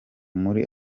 muri